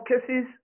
cases